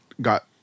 got